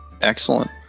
Excellent